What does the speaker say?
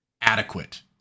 adequate